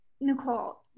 Nicole